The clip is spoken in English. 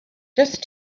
just